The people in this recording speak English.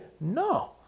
no